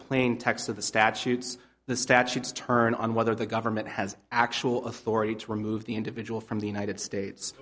plain text of the statutes the statutes turn on whether the government has actual authority to remove the individual from the united states